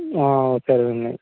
సరేండి